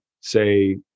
say